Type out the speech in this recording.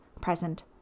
present